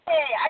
Hey